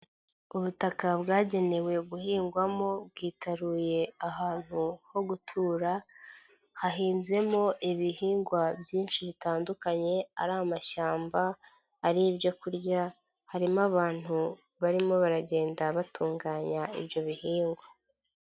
Ubutaka bwagenewe guhingwamo bwitaruye ahantu ho gutura hahinzemo ibihingwa byinshi bitandukanye ari amashyamba, ari ibyo kurya, harimo abantu barimo baragenda batunganya ibyo bihingwa.